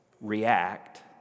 react